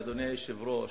אדוני היושב-ראש,